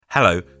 Hello